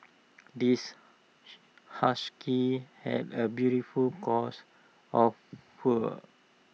this husky has A beautiful coats of fur